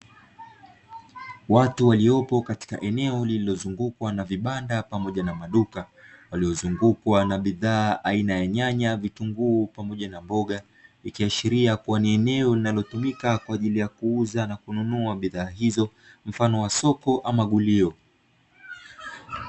Watu waliopo katika eneo lililozungukwa na vibanda pamoja na maduka waliyozungukwa na bidhaa aina ya nyanya, vitunguu pamoja na mboga ikiashiria kuwa ni eneo linalotumika kwa ajili ya kuuza na kununua bidhaa hizo mfano wa soko ama gulio.